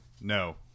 No